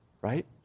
Right